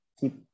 keep